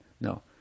no